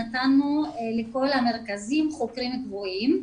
נתנו לכל המרכזים חוקרים קבועים.